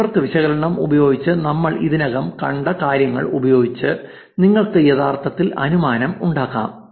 network വിശകലനം ഉപയോഗിച്ച് നമ്മൾ ഇതിനകം കണ്ട കാര്യങ്ങൾ ഉപയോഗിച്ച് നിങ്ങൾക്ക് യഥാർത്ഥത്തിൽ അനുമാനം ഉണ്ടാക്കാം